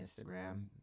Instagram